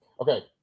Okay